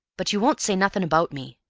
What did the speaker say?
but you won't say nothing about me?